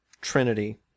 trinity